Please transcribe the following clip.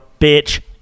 bitch